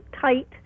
tight